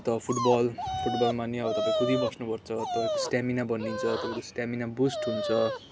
अन्त फुटबल फुटबलमा नि अब तपाईँ कुदिबस्नुपर्छ तपाईँको स्टामिना बनिन्छ तपाईँको स्टामिना बुस्ट हुन्छ